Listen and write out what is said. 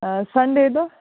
آ سنٛڈے دۄہ